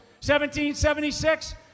1776